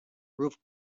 roof